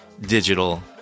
digital